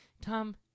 Tom